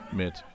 met